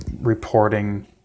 reporting